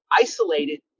isolated